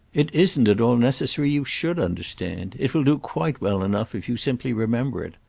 it isn't at all necessary you should understand it will do quite well enough if you simply remember it.